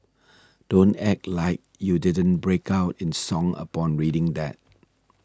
don't act like you didn't break out in song upon reading that